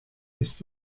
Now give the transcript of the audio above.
ist